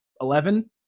Eleven